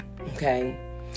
okay